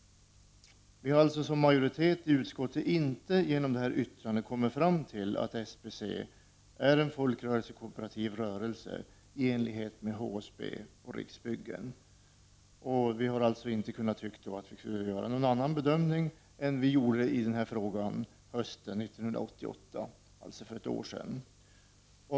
Utskottsmajoriteten har alltså inte, efter att ha läst SBC:s yttrande, kommit fram till att SBC är någon folkrörelsekooperativ rörelse i likhet med HSB och Riksbyggen. Vi menar alltså att vi inte kan göra någon annan bedömning än den vi gjorde hösten 1988, alltså för ett år sedan.